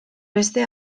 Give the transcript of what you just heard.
beste